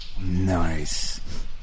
Nice